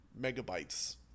megabytes